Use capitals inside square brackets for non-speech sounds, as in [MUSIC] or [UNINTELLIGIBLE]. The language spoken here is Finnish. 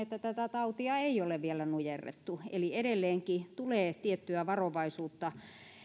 [UNINTELLIGIBLE] että tätä tautia ei ole vielä nujerrettu eli edelleenkin tulee tiettyä varovaisuutta